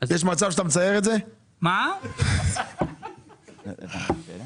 השאלה